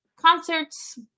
concerts